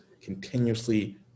continuously